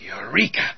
Eureka